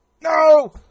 No